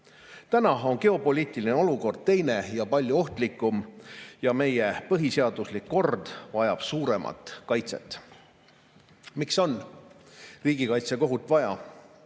Täna on geopoliitiline olukord teine, palju ohtlikum ja meie põhiseaduslik kord vajab suuremat kaitset. Miks on riigikaitsekohut vaja?